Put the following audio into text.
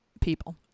people